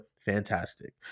fantastic